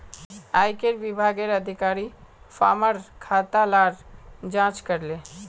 आयेकर विभागेर अधिकारी फार्मर खाता लार जांच करले